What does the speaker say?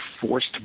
forced